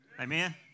Amen